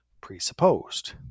presupposed